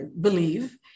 believe